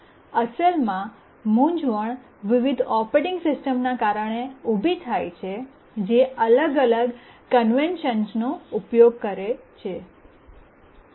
અસલમાં મૂંઝવણ વિવિધ ઓપરેટિંગ સિસ્ટમ્સના કારણે ઉભી થાય છે જે અલગ કન્વેનશન્સ નો ઉપયોગ કરે છે